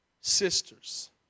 sisters